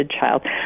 child